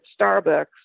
Starbucks